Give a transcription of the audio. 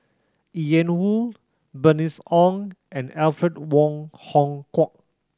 Ian Woo Bernice Ong and Alfred Wong Hong Kwok